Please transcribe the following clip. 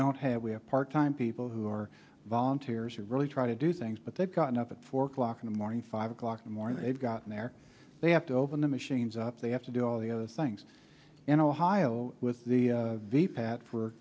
don't have we have part time people who are volunteers who really try to do things but they've gotten up at four o'clock in the morning five o'clock the morning had gotten there they have to open the machines up they have to do all the other things in ohio with the the path for